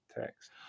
text